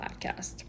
Podcast